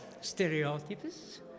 stereotypes